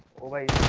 will be